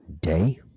day